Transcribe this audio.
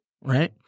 right